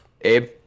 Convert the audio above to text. Abe